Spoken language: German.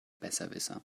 besserwisser